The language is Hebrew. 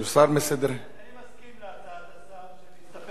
אני מסכים להצעת השר שנסתפק בדברי השר.